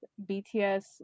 BTS